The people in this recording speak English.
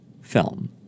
film